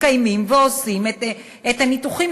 מתקיימים ועושים את הניתוחים.